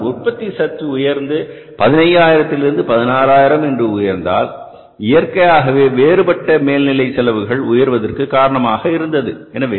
ஏனென்றால் உற்பத்தி சற்று உயர்ந்து 15000 இருந்து 16000 என உயர்ந்ததால் இயற்கையாகவே வேறுபட்ட மேல்நிலை செலவுகள் உயர்வதற்கு காரணமாக இருந்தது